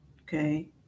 Okay